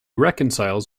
reconciles